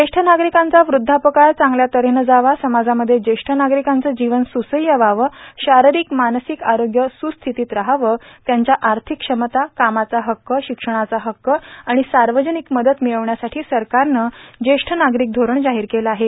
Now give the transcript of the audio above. ज्येष्ठ नागरिकांचा वृद्धापकाळ चांगल्या तऱ्हेनं जावा समाजामध्ये ज्येष्ठ नागरिकांचे जीवन स्रसह्य व्हावं शारीरिक मानसिक आरोग्य स्रस्थितीत रहावं त्यांच्या आर्थिक क्षमता कामाचा हक्क शिक्षणाचा हक्क आणि सार्वजनिक मदत मिळण्यासाठी सरकारनं ज्येष्ठ नागरिक धोरण जाहीर केलं आहे